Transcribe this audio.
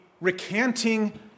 recanting